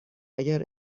اگر